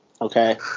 Okay